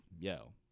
yo